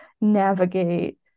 navigate